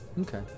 Okay